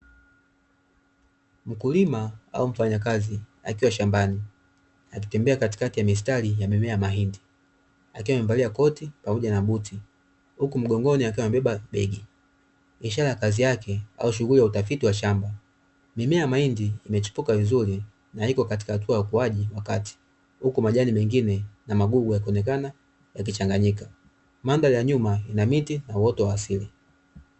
Mkulima au mfanyakazi akiwa shambani akitembea katikati ya mistari ya mimea ya mahindi, akiwa amevalia koti pamoja na buti huku mgongoni akiwa amebeba begi, ishara ya kazi yake au shughuli ya utafiti wa shamba. Mimea ya mahindi imechipuka vizuri na ipo katika ukuwaji wa kati, huku majani mengine na magugu yakionekana yakichanganyika. Mandhari ya nyuma ina miti na uoto wa asili .